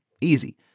easy